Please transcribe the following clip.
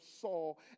Saul